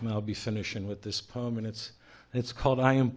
i'll be finishing with this poem and it's it's called i am